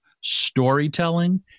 storytelling